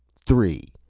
three.